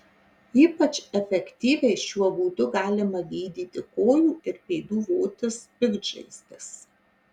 ypač efektyviai šiuo būdu galima gydyti kojų ir pėdų votis piktžaizdes